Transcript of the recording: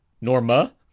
Norma